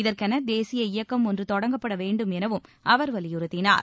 இதற்கென தேசிய இயக்கம் ஒன்று தொடங்கப்பட வேண்டும் எனவும் அவர் வலியுறுத்தினார்